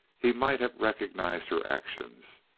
he might have recognized her actions.